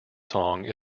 song